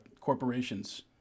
corporations